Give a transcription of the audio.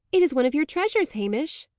it is one of your treasures, hamish.